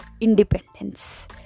independence